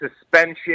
suspension